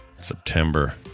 September